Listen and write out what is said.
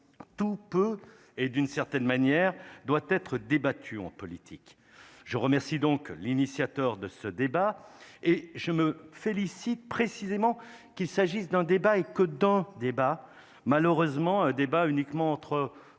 tout peut et d'une certaine manière, doit être débattu en politique, je remercie donc l'initiateur de ce débat et je me félicite précisément qu'il s'agisse d'un débat et que dans un débat malheureusement débat uniquement entre